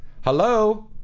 Hello